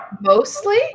mostly